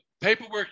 paperwork